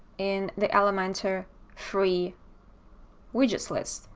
in the elementor free widgets list.